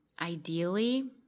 Ideally